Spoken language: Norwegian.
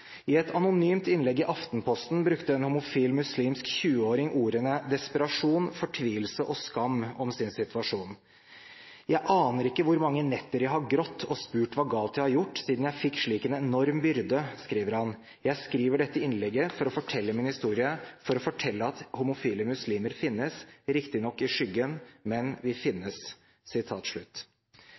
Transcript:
I et anonymt innlegg i Aftenposten brukte en homofil muslimsk 20-åring ordene desperasjon, fortvilelse og skam om sin situasjon. Og han skriver: «Jeg aner ikke hvor mange netter jeg har grått og spurt hva galt jeg har gjort siden jeg fikk en slik enorm byrde jeg skriver dette personlige innlegget om meg selv, for å fortelle min historie. For å fortelle at vi homofile muslimer fins. Riktignok i skyggene. Men vi